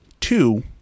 Two